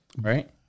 Right